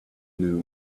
knew